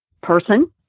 person